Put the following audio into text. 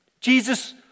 Jesus